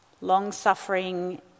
long-suffering